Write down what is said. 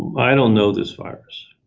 i don't know this virus.